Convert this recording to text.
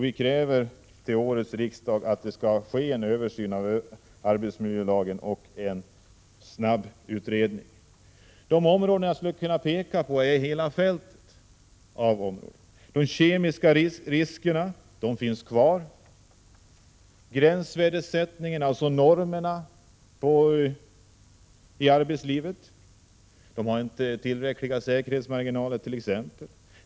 I förslag till årets riksdag kräver vi en översyn av arbetsmiljölagen och en snabbutredning. Det gäller hela fält av arbetsområden. De kemiska riskerna finns kvar. Normerna och gränsvärdessättningen i arbetslivet bör ändras. Det finns t.ex. inte tillräckliga säkerhetsmarginaler.